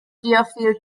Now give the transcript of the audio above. deerfield